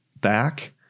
back